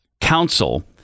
Council